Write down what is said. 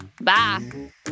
Bye